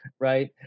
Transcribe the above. right